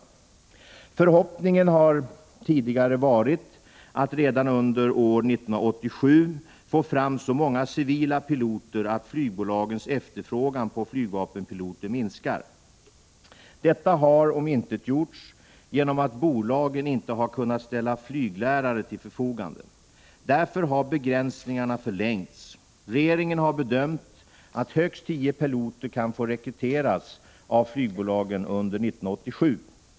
civilt svenskt flygföre Förhoppningen har tidigare varit att redan under år 1987 få fram så många tag civila piloter att flygbolagens efterfrågan på flygvapenpiloter minskar. Detta har omintetgjorts genom att bolagen inte har kunnat ställa flyglärare till förfogande. Därför har begränsningarna förlängts. Regeringen har bedömt att högst tio piloter kan få rekryteras av flygbolagen under år 1987.